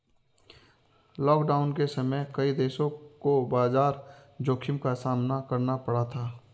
lockdown के समय कई देशों को बाजार जोखिम का सामना करना पड़ा था